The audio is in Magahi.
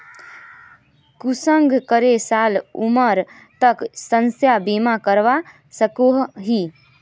कुंसम करे साल उमर तक स्वास्थ्य बीमा करवा सकोहो ही?